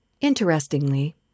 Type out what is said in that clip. Interestingly